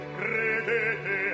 credete